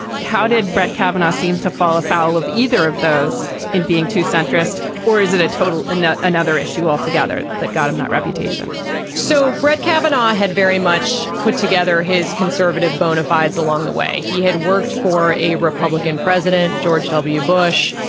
how did brett kavanaugh seem to fall afoul of either of those in being too centrist. or is it a total. another another issue altogether that got him that reputation so brett kavanaugh had very much put together his conservative bona fides along the way. he had worked for a republican president george w. bush.